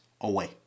away